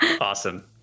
Awesome